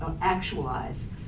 actualize